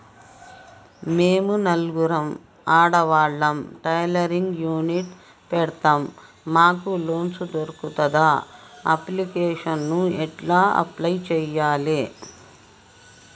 మేము నలుగురం ఆడవాళ్ళం టైలరింగ్ యూనిట్ పెడతం మాకు లోన్ దొర్కుతదా? అప్లికేషన్లను ఎట్ల అప్లయ్ చేయాలే?